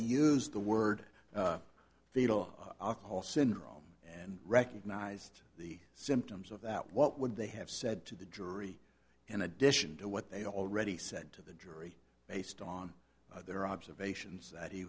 used the word the law aka whole syndrome and recognized the symptoms of that what would they have said to the jury in addition to what they already said to the jury based on their observations that he